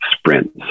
sprints